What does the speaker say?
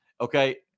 Okay